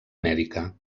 mèdica